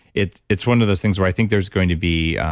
it's it's one of those things where i think there's going to be